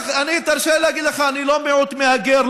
תרשה לי להגיד לך, אני לא מיעוט מהגר.